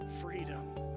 Freedom